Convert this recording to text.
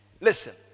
Listen